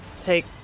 Take